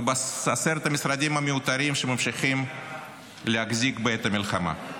ובעשרת המשרדים המיותרים שממשיכים להחזיק בעת מלחמה.